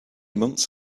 months